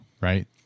right